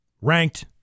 Ranked